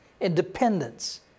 Independence